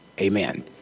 Amen